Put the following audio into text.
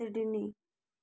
Sydney